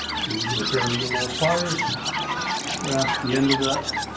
a pair of needle-nose pliers just grasp the end of that